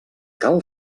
cal